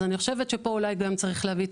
אז אני חושבת שפה אולי גם צריך להביא את